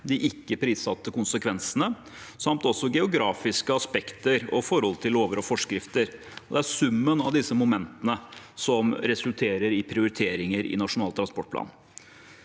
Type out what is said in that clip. de ikke-prissatte konsekvensene samt geografiske aspekter og forhold til lover og forskrifter. Det er summen av disse momentene som resulterer i prioriteringer i Nasjonal transportplan.